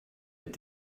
mit